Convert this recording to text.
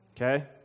Okay